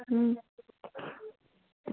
अं